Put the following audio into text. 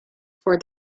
for